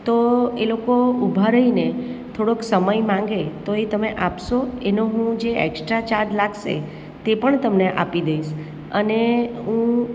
તો એ લોકો ઉભા રહીને થોડોક સમય માગે તો એ તમે આપશો એનો હું જે એક્સટ્રા ચાર્જ લાગશે તે પણ તમને આપી દઈશ અને હું